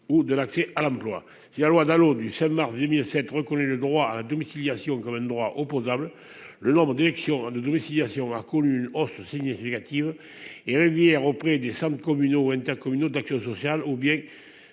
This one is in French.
ou de l'accès à l'emploi, si la loi Dalo du 5 mars 2007 reconnu le droit à la domiciliation quand même droit opposable le nombre d'de domiciliation, a connu une hausse significative et Dier auprès des sommes communaux ou intercommunaux d'action sociale ou bien